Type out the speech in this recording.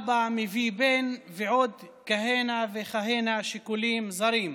אבא מביא בן ועוד כהנה וכהנה שיקולים זרים.